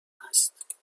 هست